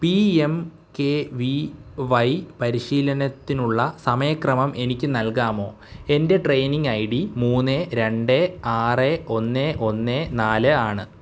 P M K V Y പരിശീലനത്തിനുള്ള സമയക്രമം എനിക്ക് നൽകാമോ എൻ്റെ ട്രെയിനിംഗ് ഐ ഡി മുന്ന് രണ്ട് ആറ് ഒന്ന് ഒന്ന് നാല് ആണ്